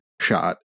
shot